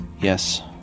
Yes